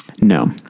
No